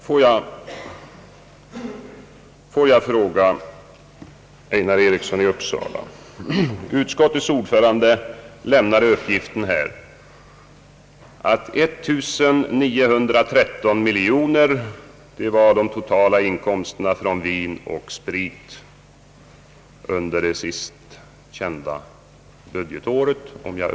Låt mig fråga herr Einar Eriksson i Uppsala: Utskottets ordförande lämnade här uppgiften att 1913 miljoner kronor utgjorde de totala inkomsterna från vin och sprit under det senast kända budgetåret.